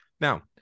Now